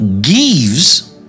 gives